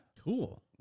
Cool